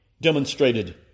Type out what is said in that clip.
demonstrated